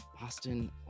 boston